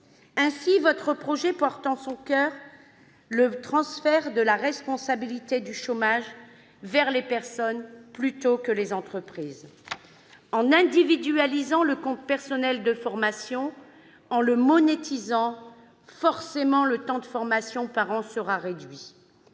Ainsi, votre projet porte en son coeur le transfert de la responsabilité du chômage vers les personnes et non les entreprises. En individualisant le compte personnel de formation, en le monétisant, on réduira forcément le temps annuel de formation. En remplaçant